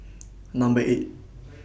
Number eight